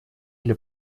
для